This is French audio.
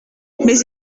mais